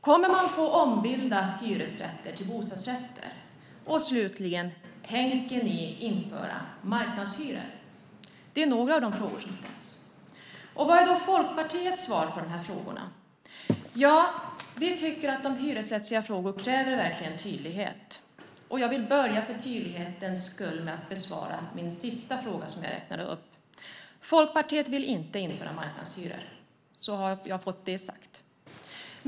Kommer man att få ombilda hyresrätter till bostadsrätter? Och slutligen: Tänker ni införa marknadshyror? Det är några av de frågor som ställs. Vad är då Folkpartiets svar på de frågorna? Ja, vi tycker att de hyresrättsliga frågorna verkligen kräver tydlighet. Jag vill för tydlighetens skull börja med att besvara den sista av de frågor som jag räknade upp. Folkpartiet vill inte införa marknadshyror. Så har jag fått det sagt.